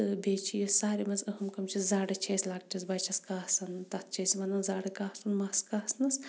بیٚیہِ چھِ یہِ ساروی مَنٛز اہم کٲم چھِ زَرٕ چھِ أسۍ لَکٹِس بَچَس کاسان تَتھ چھِ أسۍ وَنان زَرٕ کاسُن مَس کاسنَس